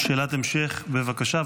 שאלת המשך, בבקשה.